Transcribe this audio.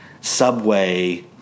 subway